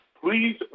please